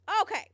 Okay